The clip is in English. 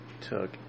took